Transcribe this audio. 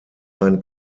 ein